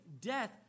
death